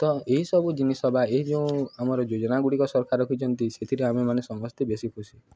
ତ ଏହିସବୁ ଜିନିଷ ବା ଏ ଯେଉଁ ଆମର ଯୋଜନାଗୁଡ଼ିକ ସରକାର ରଖିଚନ୍ତି ସେଥିରେ ଆମେମାନେ ସମସ୍ତେ ବେଶୀ ଖୁସି